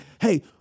hey